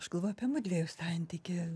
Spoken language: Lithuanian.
aš galvoju apie mudviejų santykį